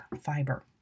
fiber